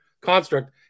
construct